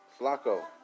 Flacco